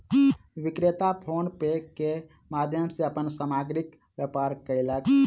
विक्रेता PhonePe के माध्यम सॅ अपन सामग्रीक व्यापार कयलक